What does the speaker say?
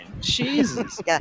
Jesus